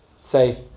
Say